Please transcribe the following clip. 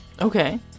Okay